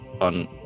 on